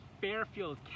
Fairfield